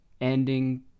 ending